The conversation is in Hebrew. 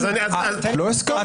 לא הסכמנו.